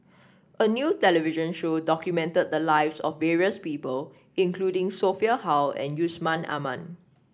a new television show documented the lives of various people including Sophia Hull and Yusman Aman